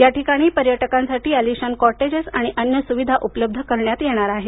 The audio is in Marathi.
या ठिकाणी पर्यटकांसाठी आलिशान कॉटेजेस आणि अन्य सुविधा उपलब्ध करण्यात येणार आहे